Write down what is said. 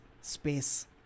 space